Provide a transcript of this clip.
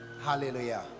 hallelujah